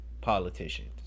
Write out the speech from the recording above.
politicians